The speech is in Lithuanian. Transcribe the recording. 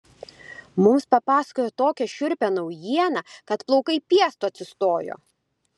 mums papasakojo tokią šiurpią naujieną kad plaukai piestu atsistojo